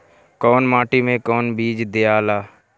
कौन माटी मे कौन बीज दियाला?